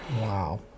Wow